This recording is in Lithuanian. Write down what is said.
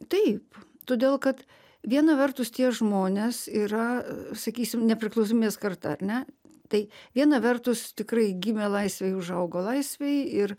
taip todėl kad viena vertus tie žmonės yra sakysim nepriklausomybės karta ar ne tai viena vertus tikrai gimė laisvėj užaugo laisvėj ir